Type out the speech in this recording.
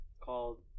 called